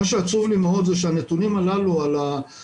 מה שעצוב לי מאוד זה שהנתונים הללו על הכיכוב,